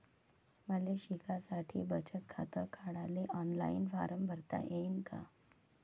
मले शिकासाठी बचत खात काढाले ऑनलाईन फारम भरता येईन का?